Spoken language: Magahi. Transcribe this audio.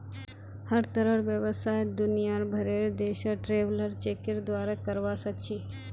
हर तरहर व्यवसाय दुनियार भरेर देशत ट्रैवलर चेकेर द्वारे करवा सख छि